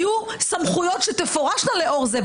יהיו סמכויות שתפורשנה לאור זה.